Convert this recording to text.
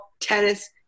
tennis